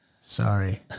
Sorry